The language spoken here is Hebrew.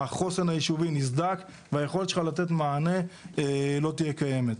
החוסן הישובי נסדק והיכולת שלך לתת מענה לא תהיה קיימת.